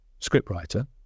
scriptwriter